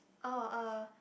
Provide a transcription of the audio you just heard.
oh uh